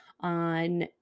on